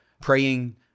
praying